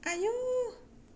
आयौ